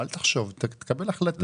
אל תחשוב, תקבל החלטה.